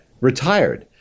retired